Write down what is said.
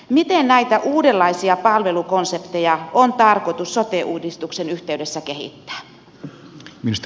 miten näitä uudenlaisia palvelukonsepteja on tarkoitus sote uudistuksen yhteydessä kehittää